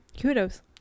kudos